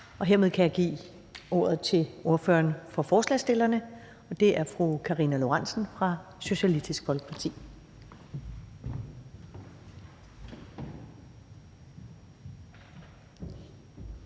Hermed kan jeg give ordet til ordføreren for forslagsstillerne, og det er fru Karina Lorentzen Dehnhardt fra Socialistisk Folkeparti.